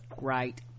right